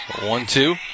One-two